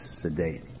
sedate